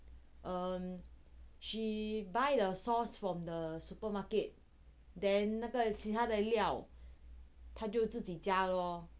um she buy the sauce from supermarket then 其他的料他就自己加咯